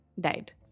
died